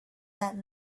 that